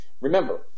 remember